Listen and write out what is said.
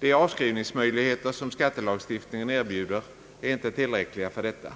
De avskrivningsmöjligheter som skattelagstiftningen erbjuder är inte tillräckliga för detta.